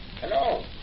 Hello